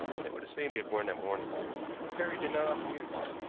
they were the same he had worn that morning a pair he did not often use.